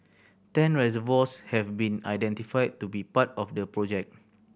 ten reservoirs have been identified to be part of the project